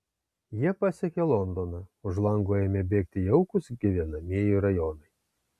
jie pasiekė londoną už lango ėmė bėgti jaukūs gyvenamieji rajonai